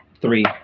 Three